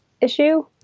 issue